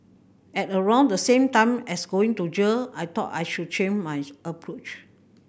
at around the same time as going to jail I thought I should change my approach